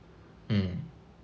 mm